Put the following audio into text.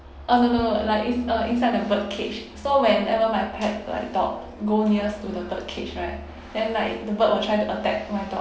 uh no no no like it's uh inside the bird cage so whenever my pet like dog go nears to the bird cage right then like the bird will try to attack my dog